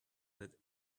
that